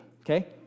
okay